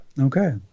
Okay